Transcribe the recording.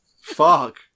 fuck